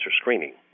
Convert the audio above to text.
screening